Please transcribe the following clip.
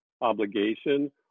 obligation